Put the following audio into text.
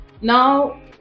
Now